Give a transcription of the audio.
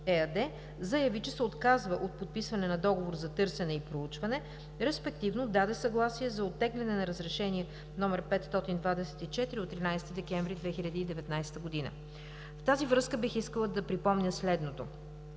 ЕАД заяви, че се отказва от подписване на договор за търсене и проучване, респективно даде съгласие за оттегляне на Разрешение № 524 от 13 декември 2019 г. В тази връзка бих искала да припомня следното: